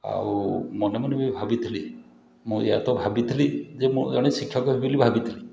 ଆଉ ମନେ ମନେ ବି ଭାବିଥିଲି ମୁଁ ୟା ତ ଭାବିଥିଲି ଯେ ମୁଁ ଜଣେ ଶିକ୍ଷକ ହେବି ବୋଲି ଭାବିଥିଲି